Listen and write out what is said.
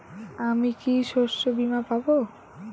আমি কি শষ্যবীমা পাব?